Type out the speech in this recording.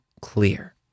clear